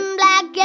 black